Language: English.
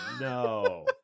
no